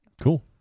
Cool